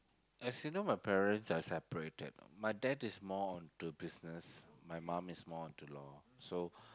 as you know my parents are separated my dad is more onto business my mom is more onto law so